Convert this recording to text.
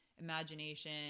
imagination